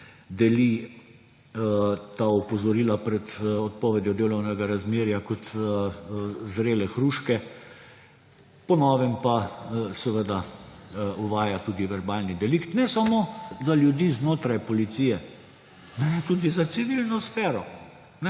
deli ta opozorila pred odpovedjo delovnega razmerja kot zrele hruške, po novem pa seveda uvaja tudi verbalni delikt ne samo za ljudi znotraj policije, tudi za civilno sfero.